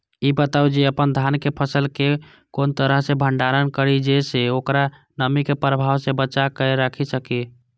ई बताऊ जे अपन धान के फसल केय कोन तरह सं भंडारण करि जेय सं ओकरा नमी के प्रभाव सं बचा कय राखि सकी?